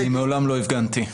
אני מעולם לא הפגנתי לזה.